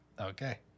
okay